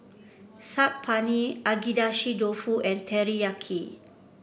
Saag Paneer Agedashi Dofu and Teriyaki